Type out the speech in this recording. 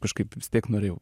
kažkaip vis tiek norėjau